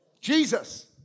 Jesus